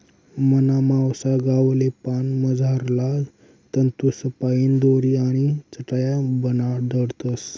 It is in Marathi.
मना मावसा गावले पान मझारला तंतूसपाईन दोरी आणि चटाया बनाडतस